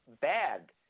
bad